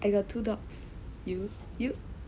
I got two dogs you